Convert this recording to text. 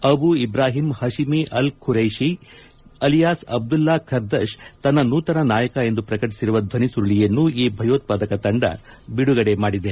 Abu Ibrahim Hashimi al Qurashi alias Abdullah Qardash ತನ್ನ ನೂತನ ನಾಯಕ ಎಂದು ಪ್ರಕಟಿಸಿರುವ ಧ್ವನಿ ಸುರುಳಿಯನ್ನು ಈ ಭಯೋತ್ಪಾದಕ ತಂಡ ಬಿಡುಗಡೆ ಮಾಡಿದೆ